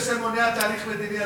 זה שמונע תהליך מדיני,